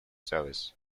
service